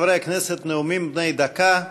חברי הכנסת, נאומים בני דקה.